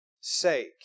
sake